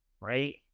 right